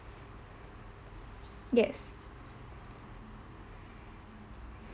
yes